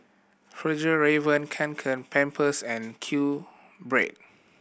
Fjallraven Kanken Pampers and QBread